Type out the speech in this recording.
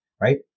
Right